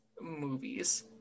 movies